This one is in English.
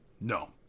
No